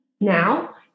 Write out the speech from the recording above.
now